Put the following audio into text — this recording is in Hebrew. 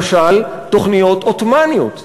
למשל תוכניות עות'מאניות.